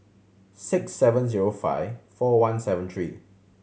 six seven zero five four one seven three